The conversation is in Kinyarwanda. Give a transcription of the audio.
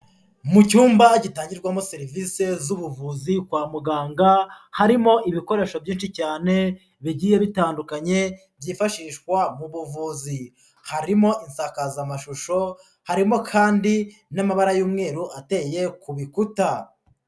Mu cyumba gitangirwamo serivisi z'ubuvuzi kwa muganga, harimo ibikoresho byinshi cyane bigiye bitandukanye byifashishwa mu buvuzi, harimo isakazamashusho, harimo kandi n'amabara y'umweru ateye ku bikuta.